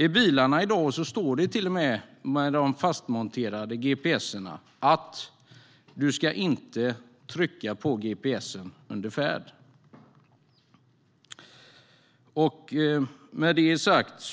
I dagens bilar står det till och med på de fastmonterade gps:erna att man inte ska trycka på gps:en under färd. Med det sagt